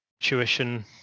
tuition